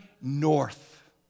north